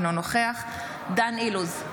אינו נוכח דן אילוז,